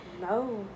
No